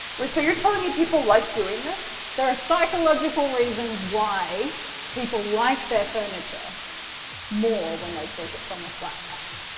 wait so you're telling me people like doing this? there are psychological reasons why people like their furniture more when they've built it from a flat pack.